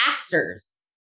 actors